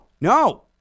no